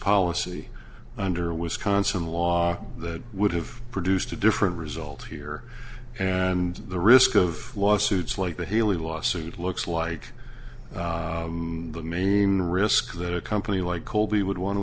policy under wisconsin law that would have produced a different result here and the risk of lawsuits like the healey lawsuit looks like the main aim the risk that a company like colby would want to